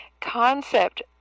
concept